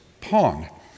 Pong